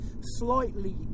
slightly